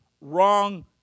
wrong